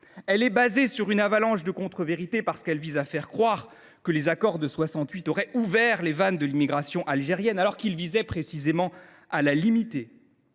Fondée sur une avalanche de contrevérités, ensuite, parce qu’elle vise à faire croire que les accords de 1968 auraient ouvert les vannes de l’immigration algérienne, alors que ceux ci visaient précisément à la limiter.